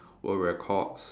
world records